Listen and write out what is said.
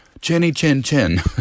chinny-chin-chin